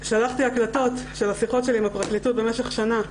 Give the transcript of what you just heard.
שלחתי הקלטות של השיחות שלי עם הפרקליטות במשך שנה,